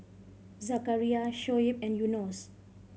Zakaria Shoaib and Yunos